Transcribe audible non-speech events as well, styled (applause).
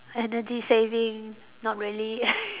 energy saving not really (laughs)